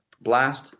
blast